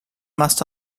must